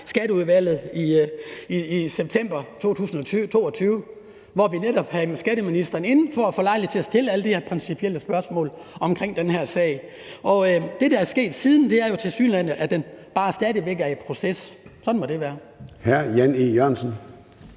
Skatteudvalget i september 2022, hvor vi netop havde skatteministeren inde for at få lejlighed til at stille alle de her principielle spørgsmål om den her sag. Det, der er sket siden, er tilsyneladende, at den stadig væk bare er i proces. Sådan må det være.